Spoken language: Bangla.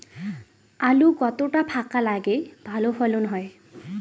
আলু কতটা ফাঁকা লাগে ভালো ফলন হয়?